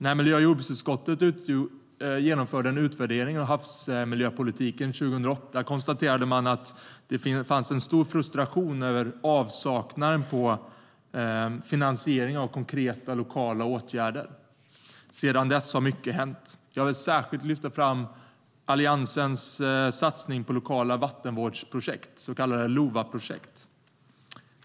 När miljö och jordbruksutskottet gjorde en utvärdering av havsmiljöpolitiken 2008 konstaterade man att det fanns en stor frustration över avsaknaden av finansiering av konkreta lokala åtgärder. Sedan dess har mycket hänt. Jag vill särskilt lyfta fram Alliansens satsning på lokala vattenvårdsprojekt, så kallade LOVA-projekt.